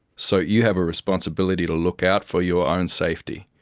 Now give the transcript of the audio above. so you have a responsibility to look out for your own safety,